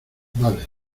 vale